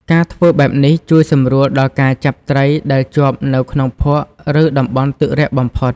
ការធ្វើបែបនេះជួយសម្រួលដល់ការចាប់ត្រីដែលជាប់នៅក្នុងភក់ឬតំបន់ទឹករាក់បំផុត។